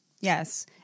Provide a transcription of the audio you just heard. Yes